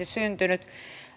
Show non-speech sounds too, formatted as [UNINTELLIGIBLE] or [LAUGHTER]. [UNINTELLIGIBLE] syntynyt